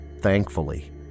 thankfully